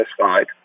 satisfied